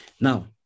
Now